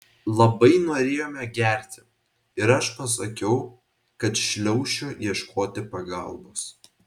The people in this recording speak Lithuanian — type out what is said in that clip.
labai norėjome gerti ir aš pasakiau kad šliaušiu ieškoti pagalbos